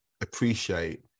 appreciate